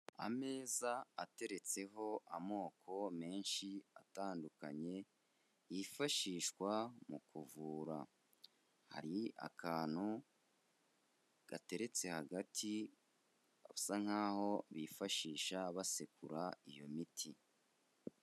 Ameza ateretseho amoko menshi atandukanye yifashishwa mu kuvura, hari akantu gateretse hagati basa nk'aho bifashisha basekura iyo miti.